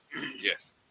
Yes